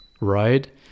right